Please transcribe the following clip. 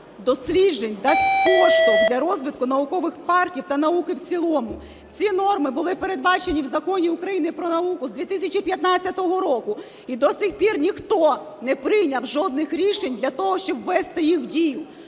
досліджень дасть поштовх для розвитку наукових парків та науки в цілому. Ці норми були передбачені в Законі України про науку з 2015 року. І до сих пір ніхто не прийняв жодних рішень для того, щоб ввести їх в дію.